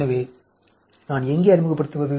எனவே நான் எங்கே அறிமுகப்படுத்துவது